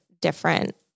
different